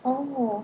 oh